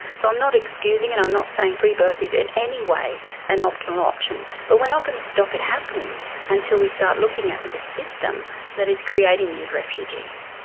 so i'm not excusing it, i'm not saying free birth is in any way an optimal option, but we're not going to stop it happening until we start looking at at the system that is creating these refugees.